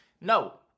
No